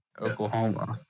Oklahoma